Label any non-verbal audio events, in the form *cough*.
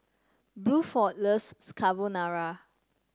Bluford loves *unintelligible* Carbonara